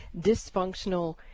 dysfunctional